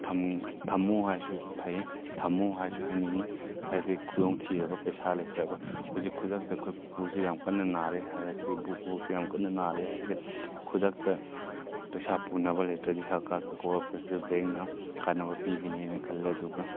ꯊꯝꯃꯨ ꯍꯥꯏꯔꯁꯨ ꯐꯩ ꯊꯝꯃꯨ ꯍꯥꯏꯔꯁꯨ ꯍꯥꯏꯅꯤꯡꯏ ꯍꯥꯏꯕꯗꯤ ꯈꯨꯗꯣꯡ ꯊꯤꯔꯕ ꯄꯩꯁꯥ ꯂꯩꯇ꯭ꯔꯕ ꯍꯧꯖꯤꯛ ꯈꯨꯗꯛꯇ ꯑꯩꯈꯣꯏ ꯄꯨꯄꯨꯁꯦ ꯌꯥꯝ ꯀꯟꯅ ꯅꯥꯔꯦ ꯍꯥꯏꯔꯁꯤ ꯕꯨꯕꯣꯛꯁꯤ ꯌꯥꯝ ꯀꯟꯅ ꯅꯥꯔꯦ ꯍꯥꯏꯔꯁꯤ ꯈꯨꯗꯛꯇ ꯄꯩꯁꯥ ꯄꯨꯅꯕ ꯂꯩꯇ꯭ꯔꯗꯤ ꯍꯦꯜꯠ ꯀꯥꯔꯗꯀ ꯀꯣ ꯑꯣꯄꯔꯦꯇꯦꯞ ꯕꯦꯡꯛꯅ ꯀꯥꯟꯅꯕ ꯄꯤꯒꯅꯤ ꯍꯥꯏꯅ ꯈꯜꯂꯦ ꯑꯗꯨꯒ